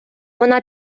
вона